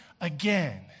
again